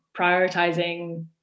prioritizing